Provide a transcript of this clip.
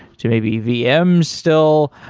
to maybe vm still?